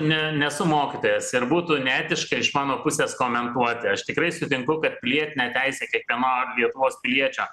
ne nesu mokytojas ir būtų neetiška iš mano pusės komentuoti aš tikrai sutinku kad pilietinė teisė kiekvieno lietuvos piliečio